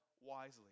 wisely